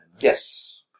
Yes